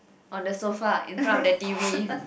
on the sofa in front of the t_v